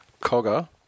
Cogger